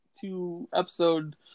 two-episode